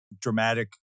dramatic